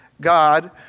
God